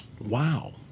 Wow